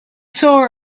saw